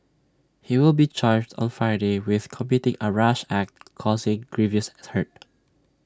he will be charged on Friday with committing A rash act causing grievous hurt